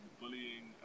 bullying